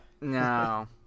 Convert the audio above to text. no